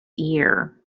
ear